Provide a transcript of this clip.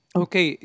okay